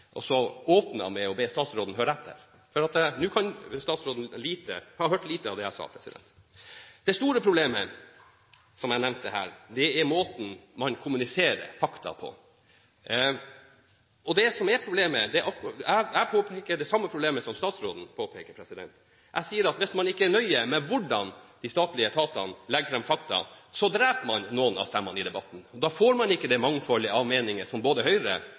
og åpnet med å be statsråden om å høre etter. For nå kan statsråden ha hørt lite av det jeg sa. Det store problemet, som jeg nevnte her, er måten man kommuniserer fakta på. Jeg påpeker det samme problemet som statsråden påpeker. Jeg sier at hvis man ikke er nøye med hvordan de statlige etatene legger fram fakta, dreper man noen av stemmene i debatten, og da får man ikke det mangfoldet av meninger som både Høyre